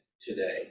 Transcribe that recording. today